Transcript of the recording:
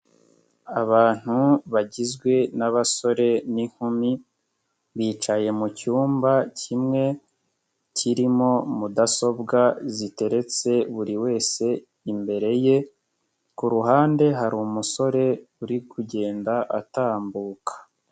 Abantu bagizwe n'abasore n'inkumi, bicaye mu cyumba kimwe kirimo mudasobwa ziteretse buri wese imbere ye, ku ruhande hari umusore uri kugenda atambuka.